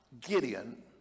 Gideon